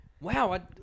Wow